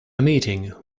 meeting